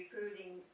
recruiting